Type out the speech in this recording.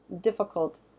difficult